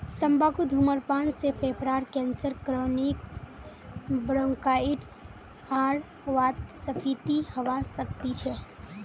तंबाकू धूम्रपान से फेफड़ार कैंसर क्रोनिक ब्रोंकाइटिस आर वातस्फीति हवा सकती छे